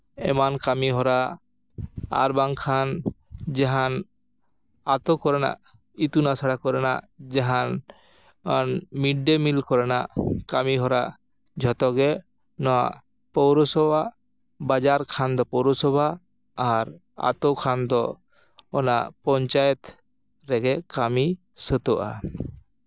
ᱮᱢᱟᱱ ᱠᱟᱹᱢᱤᱦᱚᱨᱟ ᱟᱨ ᱵᱟᱝᱠᱷᱟᱱ ᱡᱟᱦᱟᱱ ᱟᱹᱛᱩ ᱠᱚᱨᱮᱱᱟᱜ ᱤᱛᱩᱱ ᱟᱥᱲᱟ ᱠᱚᱨᱮᱱᱟᱜ ᱡᱟᱦᱟᱱ ᱢᱤᱰᱼᱰᱮᱼᱢᱤᱞ ᱠᱚᱨᱮᱱᱟᱜ ᱠᱟᱹᱢᱤᱦᱚᱨᱟ ᱡᱷᱚᱛᱚᱜᱮ ᱱᱚᱣᱟ ᱯᱳᱨᱚᱥᱚᱵᱷᱟ ᱵᱟᱡᱟᱨ ᱠᱷᱟᱱ ᱫᱚ ᱯᱳᱨᱚᱥᱚᱵᱷᱟ ᱟᱨ ᱟᱹᱛᱩ ᱠᱷᱟᱱ ᱫᱚ ᱚᱱᱟ ᱯᱚᱧᱟᱭᱮᱛ ᱨᱮᱜᱮ ᱠᱟᱹᱢᱤ ᱥᱟᱹᱛᱟᱹᱜᱼᱟ